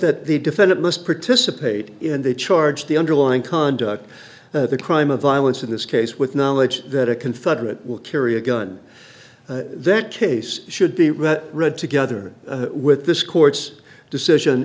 that the defendant must participate in the charge the underlying conduct of the crime of violence in this case with knowledge that a confederate will carry a gun that case should be read read together with this court's decision